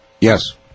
Yes